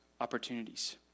opportunities